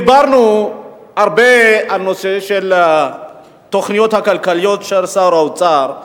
דיברנו הרבה על התוכניות הכלכליות של שר האוצר.